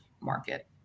market